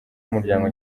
umuryango